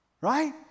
Right